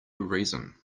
reason